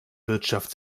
wirtschaft